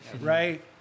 right